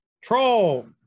Troll